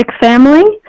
family